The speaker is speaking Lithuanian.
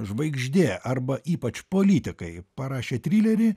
žvaigždė arba ypač politikai parašė trilerį